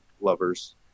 lovers